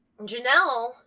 Janelle